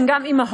שהן גם אימהות,